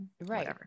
Right